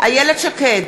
איילת שקד,